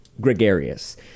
gregarious